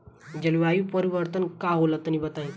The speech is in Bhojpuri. जलवायु परिवर्तन का होला तनी बताई?